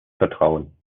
vertrauen